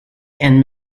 and